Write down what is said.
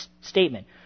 statement